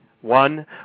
One